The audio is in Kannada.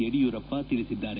ಯಡಿಯೂರಪ್ಪ ತಿಳಿಸಿದ್ದಾರೆ